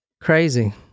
Crazy